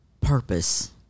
purpose